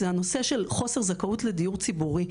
זה הנושא של חוסר זכאות לדיור ציבורי.